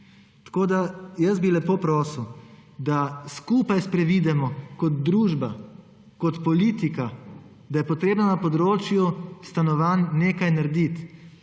Tako bi lepo prosil, da skupaj sprevidimo kot družba, kot politika, da je potrebno na področju stanovanj nekaj narediti.